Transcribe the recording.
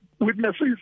witnesses